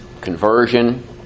conversion